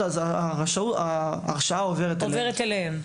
ההרשאה עוברת אליהם.